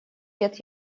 лет